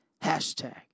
Hashtag